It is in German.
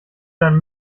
dann